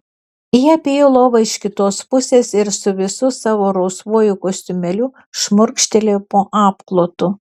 ji apėjo lovą iš kitos pusės ir su visu savo rausvuoju kostiumėliu šmurkštelėjo po apklotu